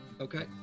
Okay